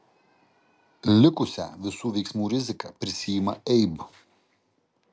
likusią visų veiksmų riziką prisiima eib